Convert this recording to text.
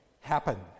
happen